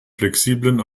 flexiblen